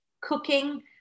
cooking